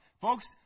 Folks